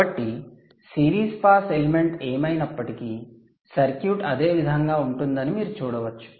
కాబట్టి series pass element ఏమైనప్పటికీ circuit అదే విధంగా ఉంటుందని మీరు చూడవచ్చు